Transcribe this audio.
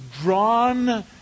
drawn